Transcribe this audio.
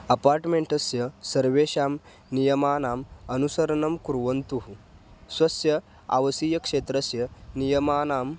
अपार्टमेण्टस्य सर्वेषां नियमानाम् अनुसरणं कुर्वन्तु स्वस्य आवसीयक्षेत्रस्य नियमानाम्